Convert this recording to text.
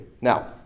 Now